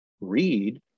read